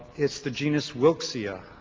it's the genus wilkesia,